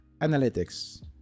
analytics